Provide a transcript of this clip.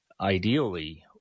ideally